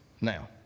Now